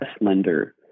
lender